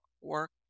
work